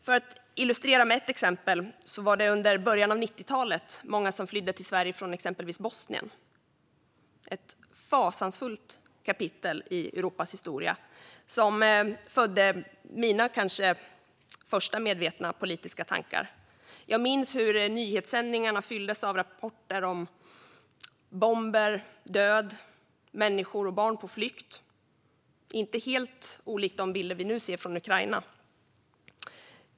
För att illustrera med ett exempel var det under början av 90-talet många som flydde till Sverige från Bosnien, ett fasansfullt kapitel i Europas historia som födde mina kanske första medvetna politiska tankar. Jag minns hur nyhetssändningarna fylldes av rapporter om bomber, död, människor och barn på flykt - inte helt olikt de bilder som vi nu ser från Ukraina.